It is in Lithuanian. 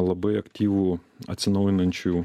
labai aktyvų atsinaujinančių